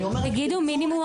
אני אומרת --- תגידו מינימום או